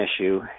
issue